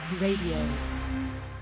Radio